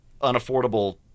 unaffordable